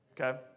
Okay